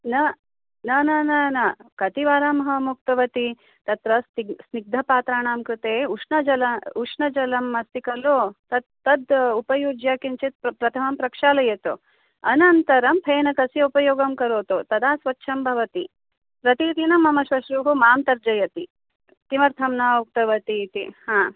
न न न न न कतिवारम् अहम् उक्तवती तत्र स्नि स्निग्धपात्राणां कृते उष्णजल उष्णजलम् अस्ति खलु तद् तद् उपयुज्य किञ्चित् प्रथमं प्रक्षालयतु अनन्तरं फेनकस्य उपयोगं करोतु तदा स्वच्छं भवति प्रतिदिनं मम श्वश्रूः माम् तर्जयति किमर्थं न उक्तवती इति हा